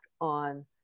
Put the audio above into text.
on